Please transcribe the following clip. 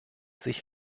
sich